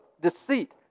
deceit